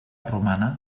romana